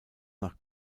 nach